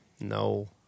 No